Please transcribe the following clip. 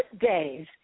days